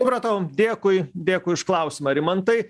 supratau dėkui dėkui už klausimą rimantai